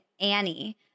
annie